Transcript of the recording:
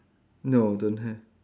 no don't have